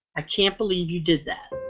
i can't believe you did that